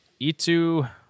E2